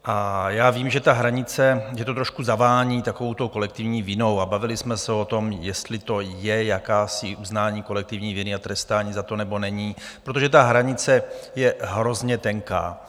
A já vím, že hranice, že to trošku zavání takovou tou kolektivní vinou, a bavili jsme se o tom, jestli to je jakési uznání kolektivní viny a trestání za to, nebo není, protože ta hranice je hrozně tenká.